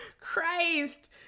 christ